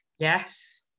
yes